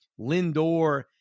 Lindor